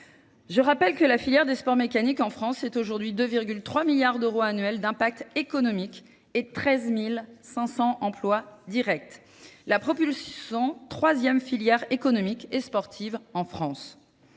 Je rappelle que la filière des sports mécaniques en France est aujourd'hui 2,3 milliards d'euros annuels d'impact économique et 13 500 emplois directs, la propulsion troisième filière économique et sportive en France.